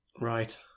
Right